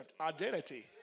identity